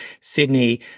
Sydney